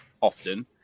often